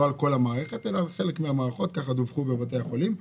על כל המערכת אלא על חלק מהמערכות כך דווח בבתי החולים.